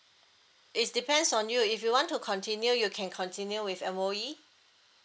it's depends on you if you want to continue you can continue with M_O_E